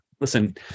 listen